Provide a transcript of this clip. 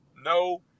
no